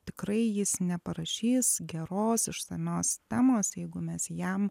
tikrai jis neparašys geros išsamios temos jeigu mes jam